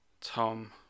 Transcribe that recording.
Tom